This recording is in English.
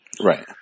Right